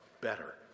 better